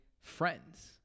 friends